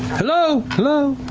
hello, hello,